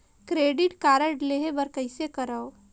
Credit card लेहे बर कइसे करव?